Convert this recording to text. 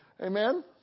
Amen